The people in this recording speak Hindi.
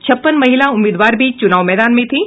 छप्पन महिला उम्मीदवार भी चूनाव मैदान में थीं